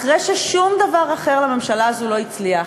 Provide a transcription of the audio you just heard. אחרי ששום דבר אחר לממשלה הזאת לא הצליח,